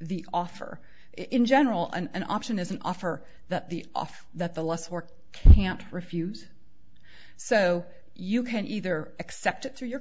the offer in general and option as an offer that the off that the less work can't refuse so you can either accept it through your